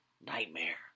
nightmare